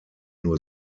nur